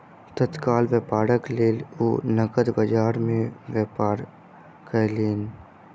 तत्काल व्यापारक लेल ओ नकद बजार में व्यापार कयलैन